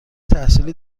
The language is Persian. تحصیلی